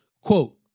Quote